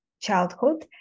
childhood